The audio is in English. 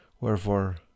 Wherefore